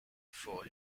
for